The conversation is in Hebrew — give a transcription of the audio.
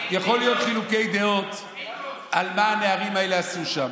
יכולים להיות חילוקי דעות על מה הנערים האלה עשו שם.